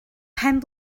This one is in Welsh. pen